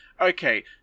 okay